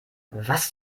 was